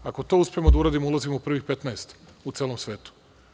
Ako to uspemo da uradimo ulazimo u prvih 15 u celom svetu.